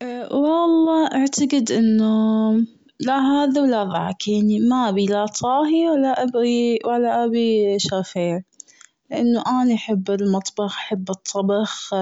والله اعتقد إنه لا هذا ولا ذاك يعني ما ابي لا طاهي ولا ابي ولا ابي شافيه. لانه أني أحب المطبخ أحب الطبخ